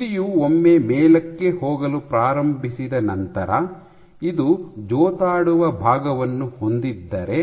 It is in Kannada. ತುದಿಯು ಒಮ್ಮೆ ಮೇಲಕ್ಕೆ ಹೋಗಲು ಪ್ರಾರಂಭಿಸಿದ ನಂತರ ಇದು ಜೋತಾಡುವ ಭಾಗವನ್ನು ಹೊಂದಿದ್ದರೆ